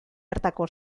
hartako